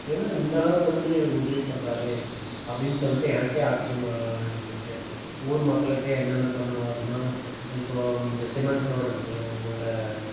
ஏன்னால் இந்தளவு வந்து இவர் உதவி பண்ணுறாரே அப்படின்னு சொல்லிட்டு எனக்கே ஆச்சரியமாக இருந்துச்சு ஊர் மக்களுக்கு என்னென்ன பண்ணுவார்னா இப்போது இந்த சிமெண்ட் ரோடு இருக்குல்லைங்க உள்ளே